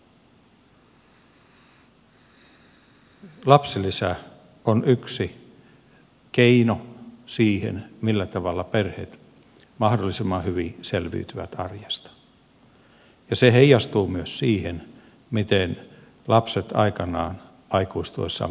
lapsilisä on yksi keino siihen millä tavalla perheet mahdollisimman hyvin selviytyvät arjesta ja se heijastuu myös siihen miten lapset aikanaan aikuistuessaan pystyvät ottamaan vastuun